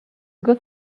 good